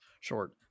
short